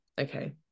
Okay